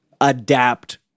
adapt